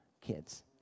kids